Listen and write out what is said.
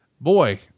boy